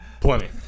plenty